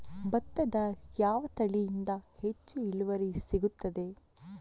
ಭತ್ತದ ಯಾವ ತಳಿಯಿಂದ ಹೆಚ್ಚು ಇಳುವರಿ ಸಿಗುತ್ತದೆ?